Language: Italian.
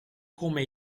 come